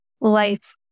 life